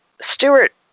Stewart